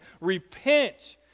Repent